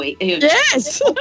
Yes